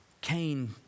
Cain